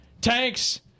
tanks